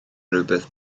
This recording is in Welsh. rhywbeth